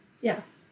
Yes